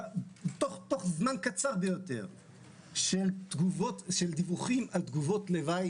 תוך זמן קצר ביותר של דיווחים על תופעות לוואי